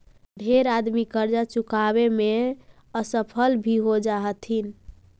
ढेर आदमी करजा चुकाबे में असफल भी हो जा हथिन